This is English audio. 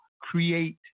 create